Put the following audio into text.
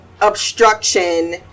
obstruction